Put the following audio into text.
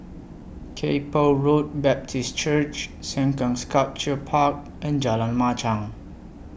Kay Poh Road Baptist Church Sengkang Sculpture Park and Jalan Machang